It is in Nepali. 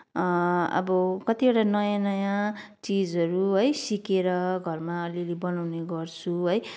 अब कतिवटा नयाँ नयाँ चिजहरू है सिकेर घरमा अलिअलि बनाउने गर्छु है